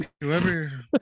Whoever